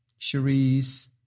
Cherise